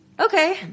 okay